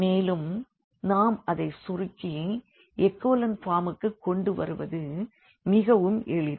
மேலும் நாம் அதைச் சுருக்கி எக்லான் பார்முக்கு கொண்டு வருவது மிகவும் எளிது